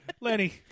Lenny